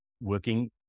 working